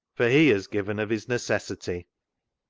for he has given of his necessity.